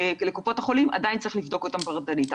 לקופות החולים, עדיין צריך לבדוק אותם פרטנית.